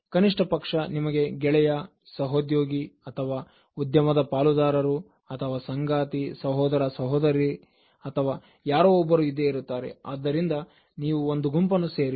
ಕನಿಷ್ಠಪಕ್ಷ ನಿಮಗೆ ಗೆಳೆಯ ಸಹೋದ್ಯೋಗಿ ಅಥವಾ ಉದ್ಯಮದ ಪಾಲುದಾರರು ಅಥವಾ ಸಂಗಾತಿ ಸಹೋದರ ಸಹೋದರಿ ಅಥವಾ ಯಾರೋ ಒಬ್ಬರು ಇದ್ದೇ ಇರುತ್ತಾರೆ ಆದ್ದರಿಂದ ನೀವು ಒಂದು ಗುಂಪನ್ನು ಸೇರಿ